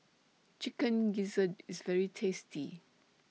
Chicken Gizzard IS very tasty